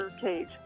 cage